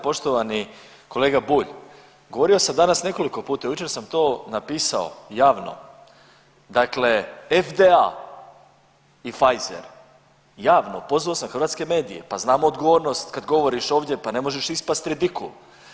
Poštovani kolega Bulj govorio sam danas nekoliko puta, jučer sam to napisao javno, dakle FDA i Pfizer javno pozvao sam hrvatske medije, pa znam odgovornost kad govoriš ovdje pa ne možeš ispasti redikul.